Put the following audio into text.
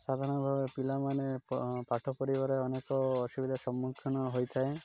ସାଧାରଣ ଭାବେ ପିଲାମାନେ ପାଠ ପଢ଼ିବାରେ ଅନେକ ଅସୁବିଧା ସମ୍ମୁଖୀନ ହୋଇଥାଏ